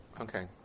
Okay